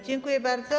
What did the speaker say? Dziękuję bardzo.